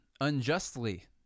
unjustly